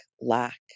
lack